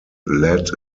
led